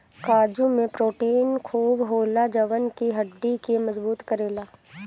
काजू में प्रोटीन खूब होला जवन की हड्डी के मजबूत करेला